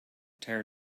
tear